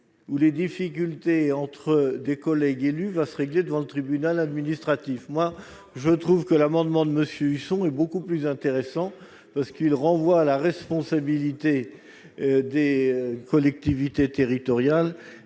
ou les difficultés entre des collègues élus va se régler devant le tribunal administratif, moi je trouve que l'amendement de monsieur Huchon est beaucoup plus intéressant parce qu'il renvoie la responsabilité des collectivités territoriales